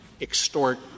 extort